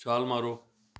ਛਾਲ ਮਾਰੋ